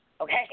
Okay